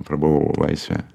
prabuvau laisvėje